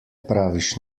praviš